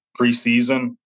preseason